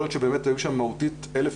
יכול להיות שבאמת היו שם מהותית 1,000